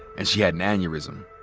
and she had an aneurism.